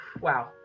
Wow